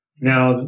Now